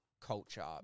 culture